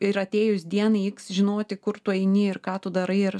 ir atėjus dienai iks žinoti kur tu eini ir ką tu darai ir